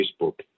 Facebook